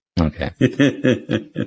Okay